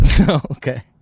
Okay